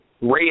Ray